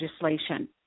legislation